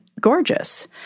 gorgeous